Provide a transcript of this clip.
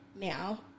now